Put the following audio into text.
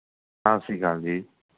ਸਤਿ ਸ਼੍ਰੀ ਅਕਾਲ ਜੀ